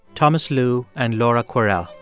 thomas lu and laura kwerel.